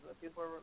people